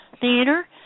Theater